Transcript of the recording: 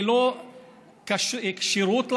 ללא כשירות לעבודה.